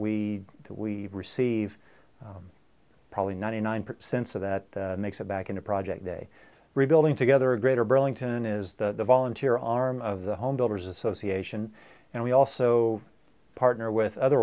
that we receive probably ninety nine percent so that makes it back into project day rebuilding together a greater burlington is the volunteer arm of the home builders association and we also partner with other